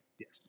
Yes